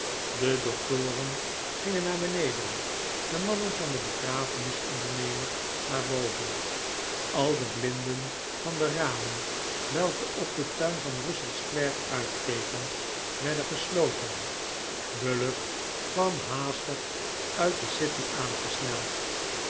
de doktoren gingen naar beneden de mannen van den begrafenisondernemer naar boven al de blinden van de ramen welke op den tuin van russell square uitkeken werden gesloten bullock kwam haastig uit de city aangesneld